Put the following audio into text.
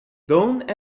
don’t